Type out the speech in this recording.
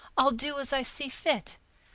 i'll do as i see fit.